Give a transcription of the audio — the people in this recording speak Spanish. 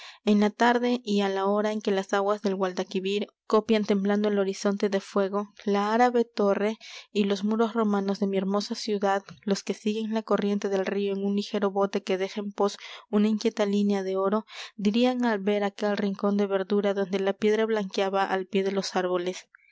en la tarde y á la hora en que las aguas del guadalquivir copian temblando el horizonte de fuego la árabe torre y los muros romanos de mi hermosa ciudad los que siguen la corriente del río en un ligero bote que deja en pos una inquieta línea de oro dirían al ver aquel rincón de verdura donde la piedra blanqueaba al pie de los árboles